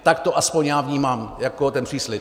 Tak to aspoň já vnímám jako ten příslib.